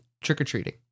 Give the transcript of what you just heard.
trick-or-treating